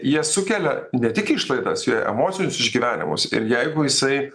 jie sukelia ne tik išlaidas jo emocinius išgyvenimus ir jeigu jisai